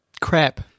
crap